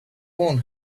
want